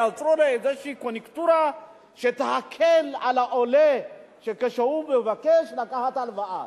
ייצרו לו איזו קוניונקטורה שתקל על העולה כאשר הוא מבקש לקחת הלוואה.